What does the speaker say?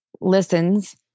listens